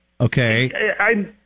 Okay